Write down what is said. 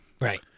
Right